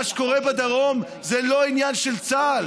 מה שקורה בדרום זה לא עניין של צה"ל.